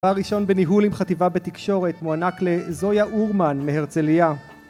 דבר ראשון בניהול עם חטיבה בתקשורת מוענק לזויה אורמן מהרצליה